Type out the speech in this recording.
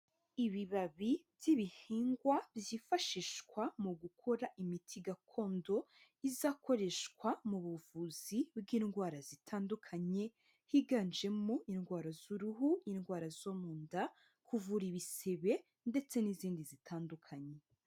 Ibibabi by'ibihingwa byifashishwa, mu gukora imiti gakondo, izakoreshwa mu buvuzi bw'indwara zitandukanye, higanjemo indwara z'uruhu, indwara zo mu nda, kuvura ibisebe, ndetse n'izindi zitandukanye.